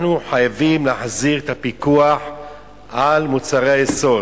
אנחנו חייבים להחזיר את הפיקוח על מוצרי היסוד,